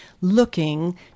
looking